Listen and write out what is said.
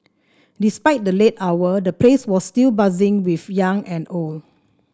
despite the late hour the place was still buzzing with young and old